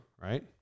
right